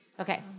Okay